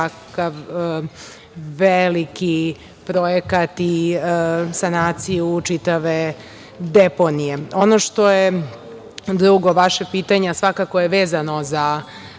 veliki projekat i sanaciju čitave deponije. Ono što je drugo vaše pitanje, a svakako je vezano za